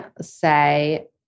say